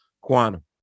Quantum